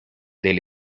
del